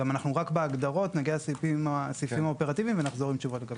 אנחנו נמצאים רק בהגדרות; נגיע לסעיפים האופרטיביים ונחזור עם תשובות.